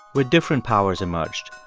with different powers emerged,